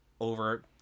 over